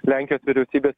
lenkijos vyriausybės